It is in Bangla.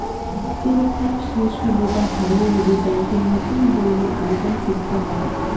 চেক বুক শেষ হলে বা হারিয়ে গেলে ব্যাঙ্কে নতুন বইয়ের আবেদন করতে হয়